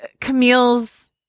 Camille's